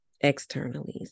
externally